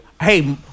hey